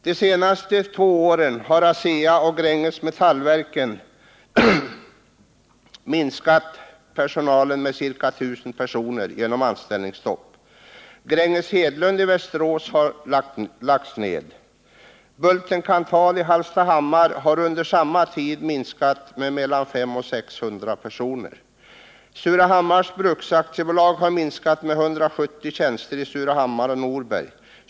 De senaste två åren har ASEA och Gränges Metallverken minskat personalen med ca 1000 personer genom anställningsstopp. Gränges Hedlund i Västerås har lagts ned. Bulten-Kanthal i Hallstahammar har under samma tid minskat med mellan 500 och 600 personer. Surahammars Bruks AB har minskat med 170 tjänster i Surahammar och Norberg.